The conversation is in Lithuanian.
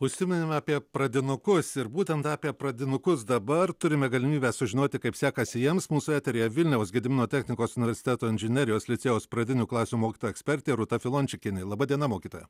užsiminėme apie pradinukus ir būtent apie pradinukus dabar turime galimybę sužinoti kaip sekasi jiems mūsų eteryje vilniaus gedimino technikos universiteto inžinerijos licėjaus pradinių klasių mokytoja ekspertė rūta filončikienė laba diena mokytoja